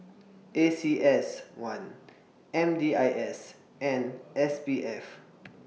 A C S one M D I S and S P F